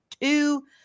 two